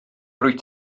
rwyt